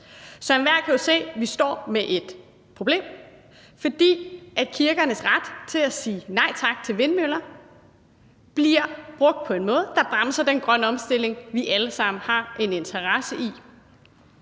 Så enhver kan jo se, vi står med et problem, fordi kirkernes ret til at sige nej tak til vindmøller bliver brugt på en måde, der bremser den grønne omstilling, som vi alle sammen har en interesse i.